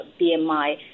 BMI